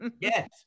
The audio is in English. Yes